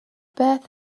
beth